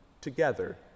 together